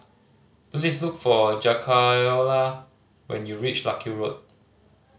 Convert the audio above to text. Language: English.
please look for Jakayla when you reach Larkhill Road